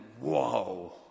whoa